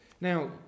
Now